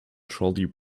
trolley